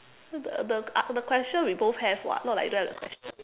the the the an~ the question we both have [what] not like we don't have the question